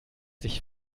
sich